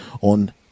on